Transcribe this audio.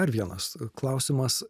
dar vienas klausimas